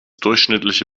durchschnittliche